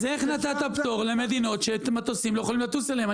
אז איך נתת פטור למדינות שמטוסים לא יכולים לטוס אליהן.